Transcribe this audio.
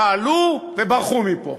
פעלו וברחו מפה?